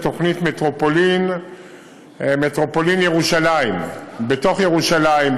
תוכנית מטרופולין ירושלים בתוך ירושלים,